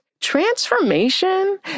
transformation